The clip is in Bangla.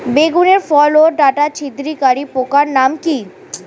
বেগুনের ফল ওর ডাটা ছিদ্রকারী পোকার নাম কি?